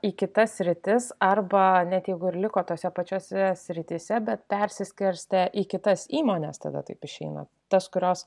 į kitas sritis arba net jeigu ir liko tose pačiose srityse bet persiskirstė į kitas įmones tada taip išeina tas kurios